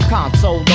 Console